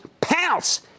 pounce